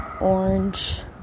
orange